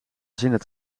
zinnen